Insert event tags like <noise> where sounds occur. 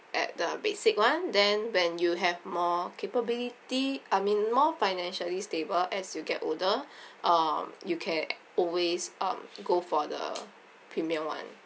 at the basic [one] then when you have more capability I mean more financially stable as you get older <breath> um you can always um go for the premium [one]